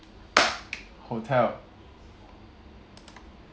hotel